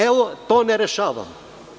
Evo, to ne rešavamo.